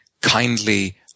kindly